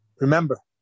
Remember